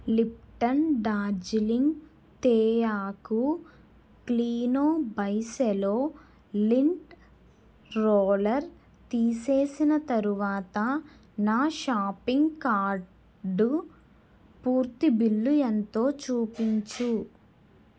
Lipton Darjeeling తేయాకు Kleeno by Cello lint roller తీసేసిన తరువాత నా షాపింగ్ కార్టు పూర్తి బిల్లు ఎంతో చూపించు